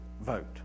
vote